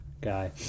guy